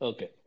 Okay